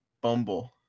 bumble